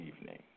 evening